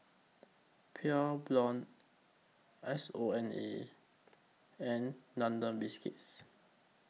Pure Blonde S O N A and London Biscuits